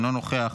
אינו נוכח,